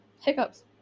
hiccups